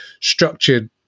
structured